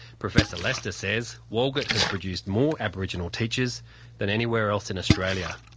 professor lester says walgett has produced more aboriginal teachers than anywhere else in australia.